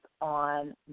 on